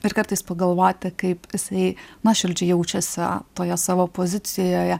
ir kartais pagalvoti kaip jisai nuoširdžiai jaučiasi toje savo pozicijoje